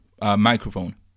microphone